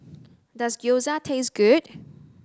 does Gyoza taste good